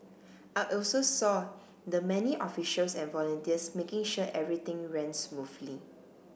I also saw the many officials and volunteers making sure everything ran smoothly